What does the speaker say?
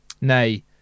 Nay